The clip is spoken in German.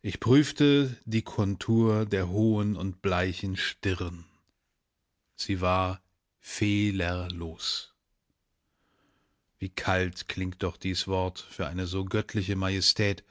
ich prüfte die kontur der hohen und bleichen stirn sie war fehlerlos wie kalt klingt doch dies wort für eine so göttliche majestät